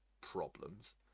problems